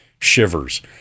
shivers